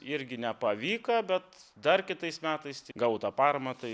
irgi nepavyko bet dar kitais metais tai gavau tą paramą tai